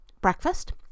breakfast